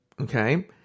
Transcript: okay